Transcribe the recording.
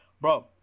bro